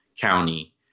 county